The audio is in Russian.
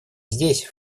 здесь